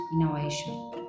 innovation